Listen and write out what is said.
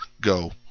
Go